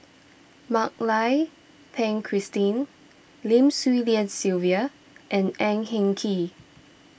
Mak Lai Peng Christine Lim Swee Lian Sylvia and Ang Hin Kee